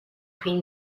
queen